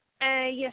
Yes